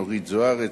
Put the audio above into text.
אורית זוארץ,